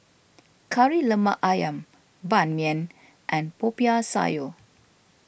Kari Lemak Ayam Ban Mian and Popiah Sayur